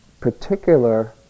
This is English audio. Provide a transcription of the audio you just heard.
particular